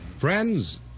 Friends